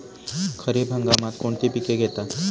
खरीप हंगामात कोणती पिके घेतात?